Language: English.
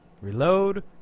reload